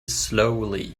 slowly